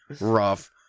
rough